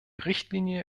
richtlinie